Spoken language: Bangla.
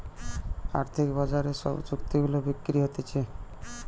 আর্থিক বাজারে যে সব চুক্তি গুলা বিক্রি হতিছে